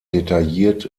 detailliert